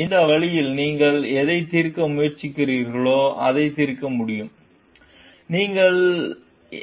இந்த வழியில் நீங்கள் எதைத் தீர்க்க முயற்சிக்கிறீர்களோ அதைத் தீர்க்க முடியும் நீங்கள்